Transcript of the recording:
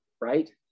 right